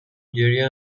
گریه